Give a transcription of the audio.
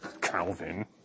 calvin